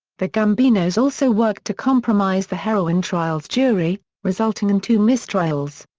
the gambinos also worked to compromise the heroin trial's jury, resulting in two mistrials.